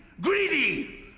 greedy